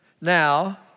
now